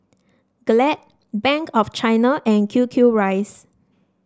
Glad Bank of China and Q Q rice